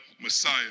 Messiah